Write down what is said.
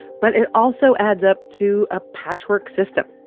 but it also adds up to a patchwork system,